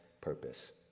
purpose